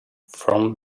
from